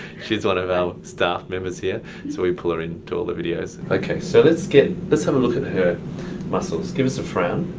she is one of our staff members here so we pull her into all of the videos. okay, so let's get, let's have a look at her muscles. give us a frown.